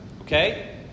okay